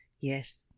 Yes